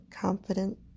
confident